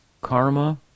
karma